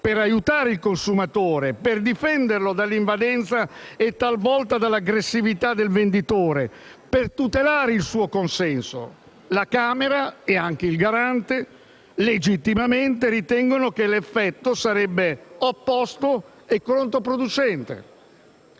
per aiutare il consumatore e per difenderlo dall'invadenza e talvolta dall'aggressività del venditore, per tutelare il suo consenso. La Camera e anche il garante, legittimamente, ritengono invece che l'effetto sarebbe opposto e controproducente.